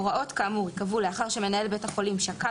הוראות כאמור ייקבעו לאחר שמנהל בית החולים שקל